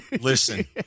Listen